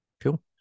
Cool